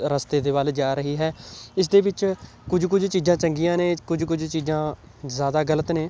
ਰਸਤੇ ਦੇ ਵੱਲ ਜਾ ਰਹੀ ਹੈ ਇਸ ਦੇ ਵਿੱਚ ਕੁਝ ਕੁਝ ਚੀਜ਼ਾਂ ਚੰਗੀਆਂ ਨੇ ਕੁਝ ਕੁਝ ਚੀਜ਼ਾਂ ਜ਼ਿਆਦਾ ਗਲਤ ਨੇ